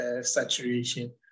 saturation